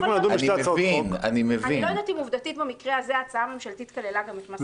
אני לא יודעת אם עובדתית במקרה הזה ההצעה הממשלתית כללה גם את מס השבח?